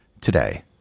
today